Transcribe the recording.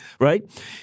Right